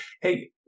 hey